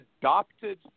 adopted